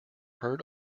heard